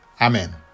Amen